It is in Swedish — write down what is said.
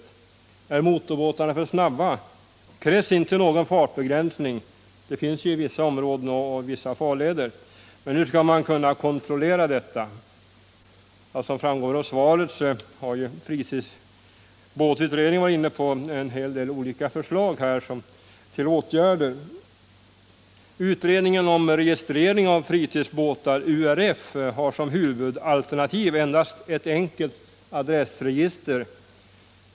Är motorbåtarna för snabba? Krävs inte någon form av fartbegränsning? Fartbegränsningar förekommer i vissa områden och i vissa farleder. Hur skall man kunna kontrollera att dessa fartbegränsningar efterlevs? Av svaret framgår att fritidsbåtsutredningen har framlagt en del olika förslag till åtgärder. Utredningen om en registrering av fritidsbåtarna, URF, har såsom huvudalternativ endast ett enkelt adressregister.